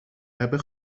hebben